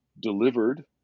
delivered